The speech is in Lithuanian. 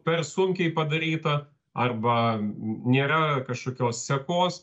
per sunkiai padaryta arba nėra kažkokios sekos